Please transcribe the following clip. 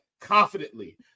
confidently